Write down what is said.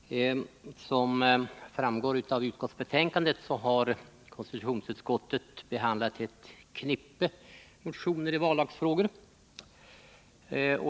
Herr talman! Som framgår av utskottsbetänkandet har konstitutionsutskottet behandlat ett knippe motioner i vallagsfrågor.